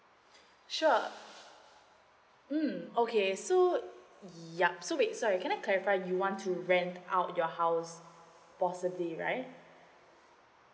sure mm okay so yup so wait sorry can I clarify you want to rent out your house possibly right